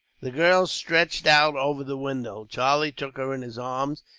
the girl stretched out over the window. charlie took her in his arms,